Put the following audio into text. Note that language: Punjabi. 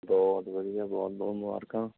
ਬਹੁਤ ਵਧੀਆ ਬਹੁਤ ਬਹੁਤ ਮੁਬਾਰਕਾਂ